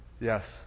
Yes